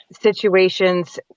situations